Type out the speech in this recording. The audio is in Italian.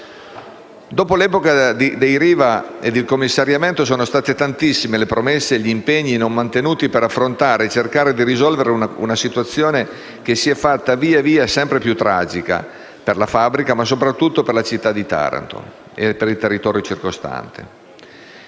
Dopo l'epoca di Riva e il commissariamento sono state tantissime le promesse e gli impegni non mantenuti per affrontare e cercare di risolvere una situazione che si è fatta via via sempre più tragica, per la fabbrica, ma soprattutto per la città di Taranto e per il territorio circostante.